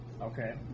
Okay